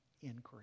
increase